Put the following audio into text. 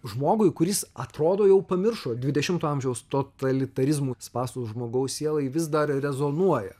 žmogui kuris atrodo jau pamiršo dvidešimto amžiaus totalitarizmų spąstus žmogaus sielai vis dar rezonuoja